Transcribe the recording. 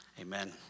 Amen